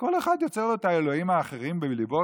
וכל אחד יוצר לו את האלוהים האחרים בליבו,